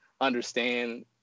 understand